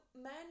men